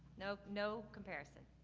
no no comparison.